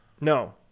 No